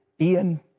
Ian